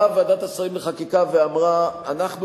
באה ועדת השרים לחקיקה ואמרה: אנחנו